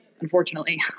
unfortunately